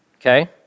Okay